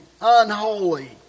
unholy